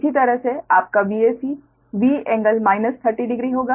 इसी तरह से आपका Vac V∟ 300 डिग्री होगा